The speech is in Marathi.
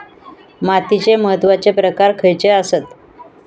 मातीचे महत्वाचे प्रकार खयचे आसत?